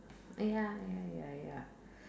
ya ya ya ya